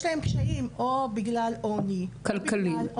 להם קשיים או בגלל עוני --- כלכלי.